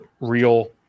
real